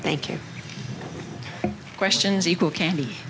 thank you questions equal candy